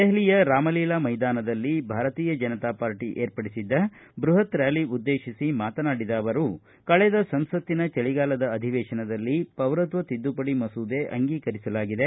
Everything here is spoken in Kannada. ದೆಹಲಿಯ ರಾಮಲೀಲಾ ಮೈದಾನದಲ್ಲಿ ಭಾರತೀಯ ಜನತಾ ಪಾರ್ಟ ಪಕ್ಷ ವಿರ್ಪಡಿಸಿದ್ದ ಬೃಹತ್ ರಾಲಿ ಉದ್ದೇಶಿಸಿ ಮಾತನಾಡಿದ ಅವರು ಕಳೆದ ಸಂಸತ್ತಿನ ಚಳಿಗಾಲದ ಅಧಿವೇತನದಲ್ಲಿ ಪೌರತ್ವ ತಿದ್ದುಪಡಿ ಮಸೂದೆ ಅಂಗೀಕರಿಸಲಾಗಿದೆ